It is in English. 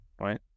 right